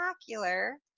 spectacular